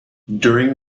during